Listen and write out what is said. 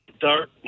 dark